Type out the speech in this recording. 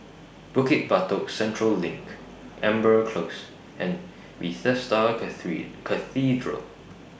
Bukit Batok Central LINK Amber Close and Bethesda Cathedral